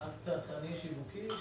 זה אקט צרכני שיווקי.